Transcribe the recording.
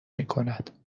میکند